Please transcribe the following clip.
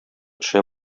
төшә